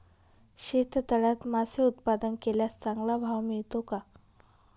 शेततळ्यात मासे उत्पादन केल्यास चांगला भाव मिळतो का?